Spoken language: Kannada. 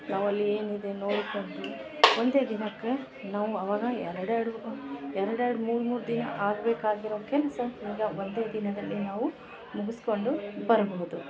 ನಾವಲ್ಲಿ ಏನಿದೆ ನೋಡ್ಕೊಂಡು ಒಂದೇ ದಿನಕ್ಕೆ ನಾವು ಅವಾಗ ಎರಡೆರಡು ಎರಡೆರಡು ಮೂರುಮೂರು ದಿನ ಆಗ್ಬೇಕಾಗಿರೊ ಕೆಲಸ ಈಗ ಒಂದೇ ದಿನದಲ್ಲಿ ನಾವು ಮುಗಿಸ್ಕೊಂಡು ಬರ್ಬೋದು